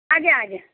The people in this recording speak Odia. ଆଜ୍ଞା ଆଜ୍ଞା